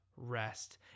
rest